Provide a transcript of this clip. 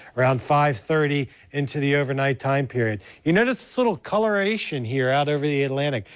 around five thirty into the overnight time period. you notice this little coloration here out over the atlantic.